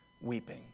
weeping